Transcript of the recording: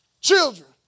Children